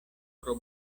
pro